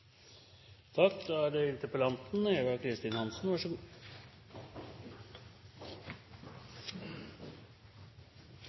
Takk til interpellanten, Eva Kristin Hansen,